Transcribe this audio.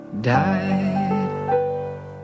died